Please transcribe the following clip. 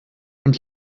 und